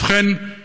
ובכן, להד"ם.